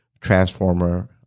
transformer